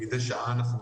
מדי שעה אנחנו מדברים,